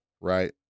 right